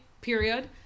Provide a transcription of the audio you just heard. period